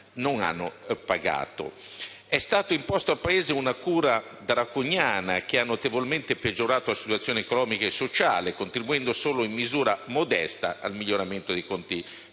non hanno pagato. È stata imposta al Paese una cura draconiana che ha notevolmente peggiorato la situazione economica e sociale, contribuendo solo in misura modesta al miglioramento dei conti